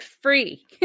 free